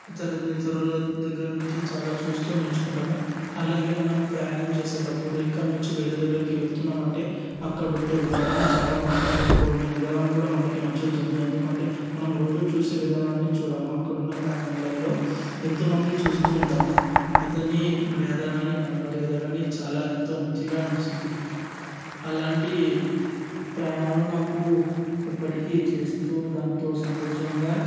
ఇతరుల ఇతరుల దగ్గర నుంచి చాలా చూస్తూ నేర్చుకుంటాము అలాగే మనం ప్రయాణం చేసేటప్పుడు ఇక్కడి నుంచి వేరే దగ్గరికి వెళుతున్నామంటే అక్కడ ఉంటే విధానం చాలా మారుతుంది అక్కడ ఉండే విధానం కూడా మనకి నచ్చుతుంది ఎందుకంటే మనం రోజు చూసే విధానాన్ని చూడము అక్కడున్న ప్రయాణాలలో ఎంతో మంది చూస్తూ ఉంటాము అతని మర్యాద కానీ మన మర్యాద కానీ చాలా ఎంతో మంచిగా అనిపిస్తుంది అలాంటి ప్రయాణాలు నాకు ఎప్పటికీ చేస్తూ దాంతో సంతోషంగా